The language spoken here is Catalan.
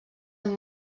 amb